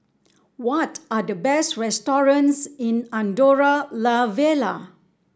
what are the best restaurants in Andorra La Vella